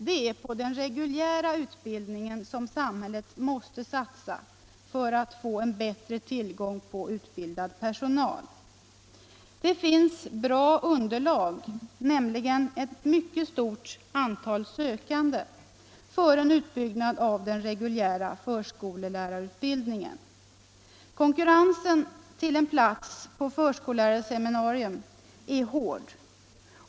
Det är på den reguljära utbildningen samhället måste satsa för att få bättre tillgång på utbildad personal. Det finns bra underlag för en utbyggnad av den reguljära förskollärarutbildningen, nämligen ett mycket stort antal sökande. Konkurrensen till en plats på förskollärarseminarium är hård.